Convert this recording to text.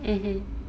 mmhmm